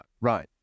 Right